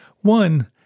One